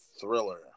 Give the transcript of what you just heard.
thriller